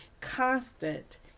constant